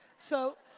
so